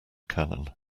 canon